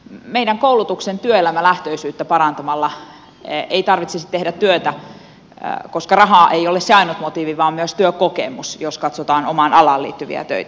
meidän koulutuksen työelämälähtöisyyttä parantamalla ei tarvitsisi tehdä työtä koska raha ei ole se ainut motiivi vaan myös työkokemus jos katsotaan omaan alaan liittyviä töitä